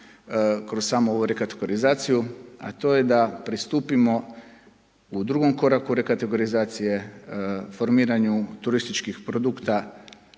kroz samu rekotigarizaciju, a to je da pristupimo u drugom koraku rekatorizacije formiranju turističkih produkta